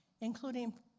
including